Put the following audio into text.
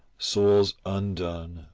souls undone,